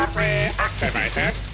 reactivated